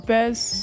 Best